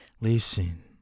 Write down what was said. Listen